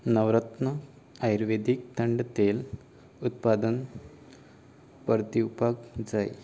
नवरत्न आयुर्वेदीक तंड तेल उत्पादन परतीवपाक जाय